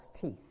teeth